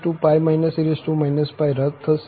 તેથી એક પદ e e રદ થશે